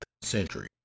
century